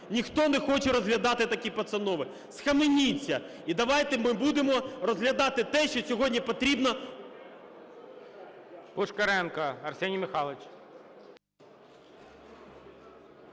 Ніхто не хоче розглядати такі постанови. Схаменіться! І давайте ми будемо розглядати те, що сьогодні потрібно…